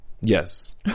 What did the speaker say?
yes